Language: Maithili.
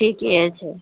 ठीक छै